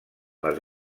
les